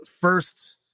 first